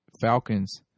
Falcons